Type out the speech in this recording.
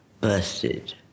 busted